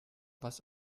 was